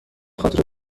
خاطر